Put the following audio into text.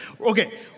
Okay